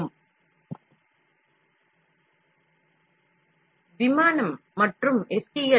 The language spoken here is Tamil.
சமதளப் பரப்பு மற்றும் எஸ்